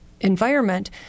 environment